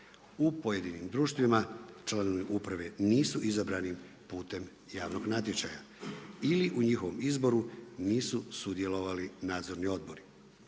U pojedinim društvima članovi uprave nisu izabrani putem javnog natječaja ili u njihovom izboru nisu sudjelovali nadzorni odbori.